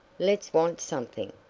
let's want something.